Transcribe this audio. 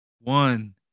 one